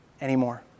anymore